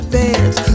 dance